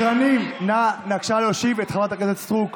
סדרנים, בבקשה, להושיב את חברת הכנסת סטרוק.